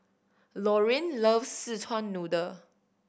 Lorraine loves Szechuan Noodle